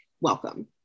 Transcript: welcome